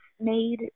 made